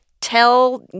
tell